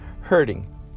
hurting